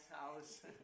house